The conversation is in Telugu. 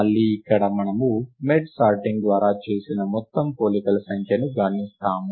మళ్లీ ఇక్కడ మనము మెర్జ్ సార్టింగ్ ద్వారా చేసిన మొత్తం పోలికల సంఖ్యను గణిస్తాము